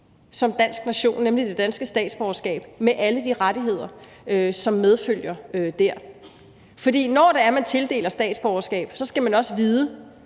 som dansk nation, nemlig det danske statsborgerskab med alle de rettigheder, som følger med det. For når man tildeler statsborgerskab, skal man også vide,